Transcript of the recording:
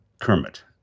Kermit